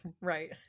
Right